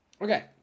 Okay